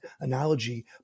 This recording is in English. analogy